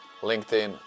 LinkedIn